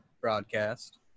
broadcast